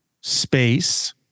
space